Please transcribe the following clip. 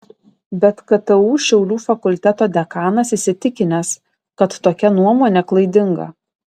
bet ktu šiaulių fakulteto dekanas įsitikinęs kad tokia nuomonė klaidinga